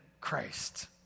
Christ